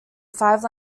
five